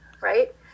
Right